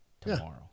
tomorrow